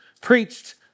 preached